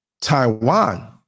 Taiwan